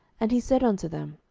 and he said unto them,